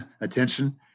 attention